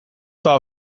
eta